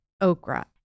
okra